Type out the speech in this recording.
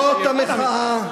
זאת המחאה,